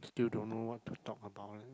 still don't know what to talk about